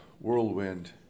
whirlwind